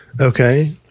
Okay